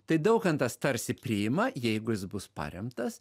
tai daukantas tarsi priima jeigu jis bus paremtas